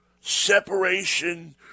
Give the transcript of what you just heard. separation